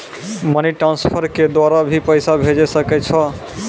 Money transfer के द्वारा भी पैसा भेजै सकै छौ?